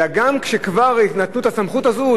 אלא גם כשכבר נתנו את הסמכות הזו,